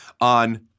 on